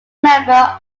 member